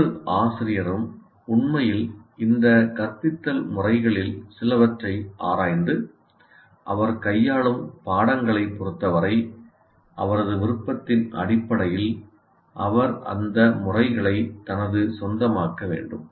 ஒவ்வொரு ஆசிரியரும் உண்மையில் இந்த கற்பித்தல் முறைகளில் சிலவற்றை ஆராய்ந்து அவர் கையாளும் பாடங்களைப் பொறுத்தவரை அவரது விருப்பத்தின் அடிப்படையில் அவர் அந்த முறைகளை தனது சொந்தமாக்க வேண்டும்